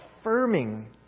affirming